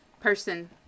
person